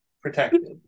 protected